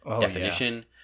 definition